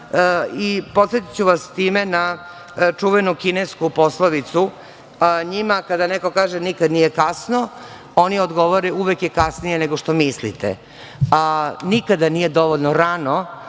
Podsetiću vas time na čuvenu kinesku poslovicu. Njima kada neko kaže - nikad nije kasno, oni odgovore - uvek je kasnije nego što mislite. Nikada nije dovoljno rano